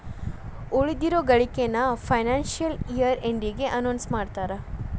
ಉಳಿದಿರೋ ಗಳಿಕೆನ financial year ಎಂಡಿಗೆ ಅನೌನ್ಸ್ ಮಾಡ್ತಾರಾ